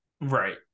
Right